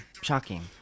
shocking